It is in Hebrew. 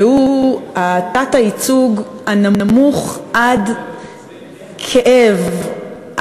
והוא התת-ייצוג הנמוך עד כאב,